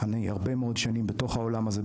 אני הרבה מאוד שנים בתוך העולם הזה,